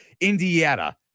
Indiana